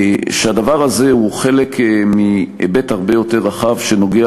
שהדבר הזה הוא חלק מהיבט הרבה יותר רחב שנוגע